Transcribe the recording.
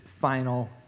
final